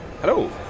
Hello